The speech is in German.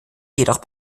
jedoch